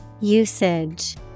Usage